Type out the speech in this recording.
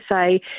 say